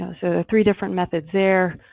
ah three different methods there.